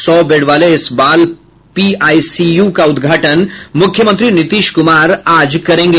सौ बेड वाले इस बाल पीआईसीयू का उद्घाटन मुख्यमंत्री नीतीश कुमार आज करेंगे